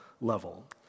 level